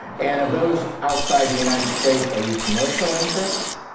and of those outside the united states, are you commercial interests?